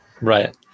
Right